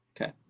Okay